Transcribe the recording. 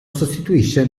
sostituisce